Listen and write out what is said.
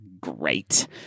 great